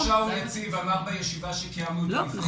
פרופסור שאול יציב אמר בישיבה שקיימנו לפני